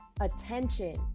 attention